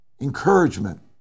encouragement